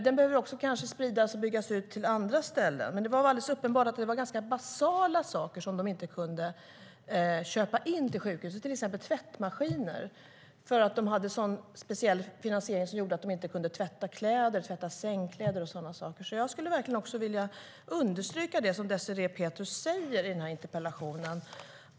Den behöver kanske också spridas och byggas ut på andra ställen. Det var uppenbart att det var ganska basala saker som man inte kunde köpa in till sjukhuset, till exempel tvättmaskiner. Man hade en finansiering som gjorde att man inte kunde tvätta sängkläder och sådana saker. Jag skulle vilja understryka det som Désirée Pethrus säger i interpellationen.